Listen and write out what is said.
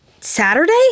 Saturday